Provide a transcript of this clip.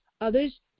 others